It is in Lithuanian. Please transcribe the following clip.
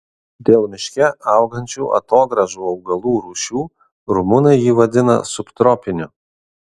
dėl miške augančių atogrąžų augalų rūšių rumunai jį vadina subtropiniu